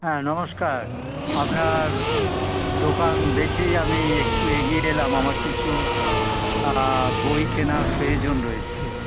হ্যাঁ নমস্কার আপনার দোকান দেখেই আমি একটু এগিয়ে এলাম আমার কিছু বই কেনার প্রয়োজন রয়েছে